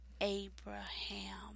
Abraham